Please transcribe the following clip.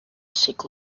sick